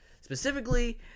specifically